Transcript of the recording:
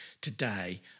today